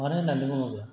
मानो होननानै बुङोब्ला